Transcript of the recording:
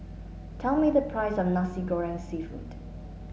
tell me the price of Nasi Goreng seafood